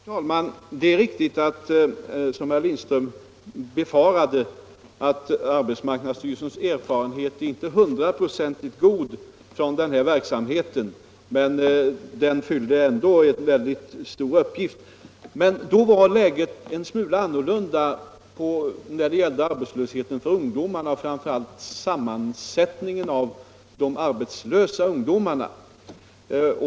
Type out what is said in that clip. Herr talman! Det är riktigt som herr Lindström sade, att arbetsmarknadsstyrelsens erfarenheter av denna verksamhet inte är 100-procentigt goda, men den fyllde ändå en stor uppgift. Då var dock situationen på ungdomsarbetslöshetens område en smula annorlunda, framför allt när det gäller sammansättningen av de arbetslösa ungdomarna.